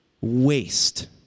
waste